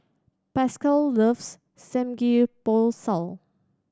Pascal loves Samgeyopsal